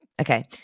Okay